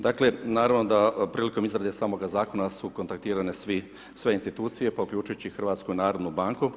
Dakle, naravno da prilikom izrade samoga zakona su kontaktirane sve institucije pa uključujući i HNB.